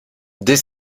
dès